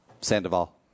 Sandoval